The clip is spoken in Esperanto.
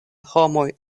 homoj